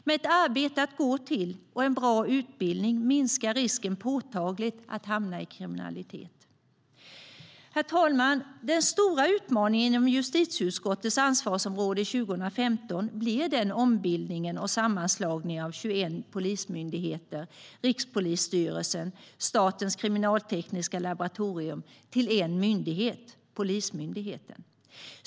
Med ett arbete att gå till och en bra utbildning minskar risken påtagligt att hamna i kriminalitet. Herr talman! Den stora utmaningen inom justitieutskottets ansvarsområde 2015 blir den ombildning och sammanslagning av 21 polismyndigheter, Rikspolisstyrelsen och Statens kriminaltekniska laboratorium till en myndighet, Polismyndigheten.